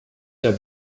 der